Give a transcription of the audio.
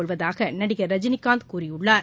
கொள்வதாக நடிகர் ரஜினிகாந்த் கூறியுள்ளார்